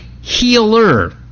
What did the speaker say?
healer